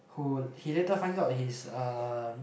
who he later finds out he is uh